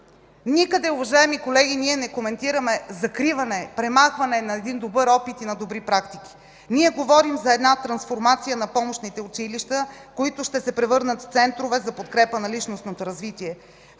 Никъде, уважаеми колеги, ние не коментираме закриване, премахване на добър опит и на добри практики, говорим за една трансформация на помощните училища, които ще се превърнат в центрове за подкрепа на личностното развитие.